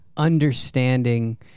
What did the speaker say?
Understanding